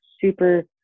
super